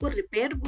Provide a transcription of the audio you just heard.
repair